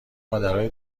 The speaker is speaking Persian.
مادرای